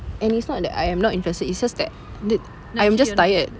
and it's not that I am not interested it's just that I am just tired